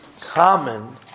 common